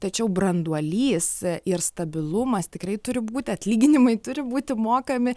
tačiau branduolys ir stabilumas tikrai turi būti atlyginimai turi būti mokami